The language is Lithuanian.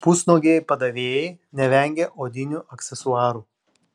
pusnuogiai padavėjai nevengia odinių aksesuarų